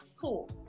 cool